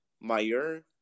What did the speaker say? Mayer